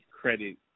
credit